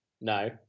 No